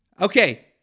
okay